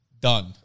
done